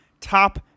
top